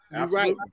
Right